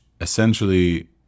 essentially